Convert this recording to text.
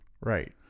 right